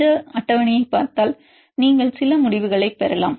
இந்த அட்டவணையைப் பார்த்தால் நீங்கள் சில முடிவுகளை பெறலாம்